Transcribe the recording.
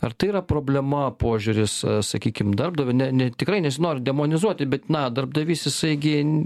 ar tai yra problema požiūris sakykim darbdavio ne ne tikrai nesinori demonizuoti bet na darbdavys jisai gi